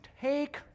Take